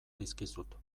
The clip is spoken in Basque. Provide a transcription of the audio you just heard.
dizkizut